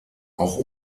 auch